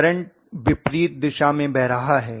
current विपरीत दिशा में बह रहा है